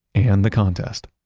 and the contest.